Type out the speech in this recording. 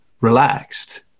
relaxed